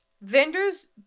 vendors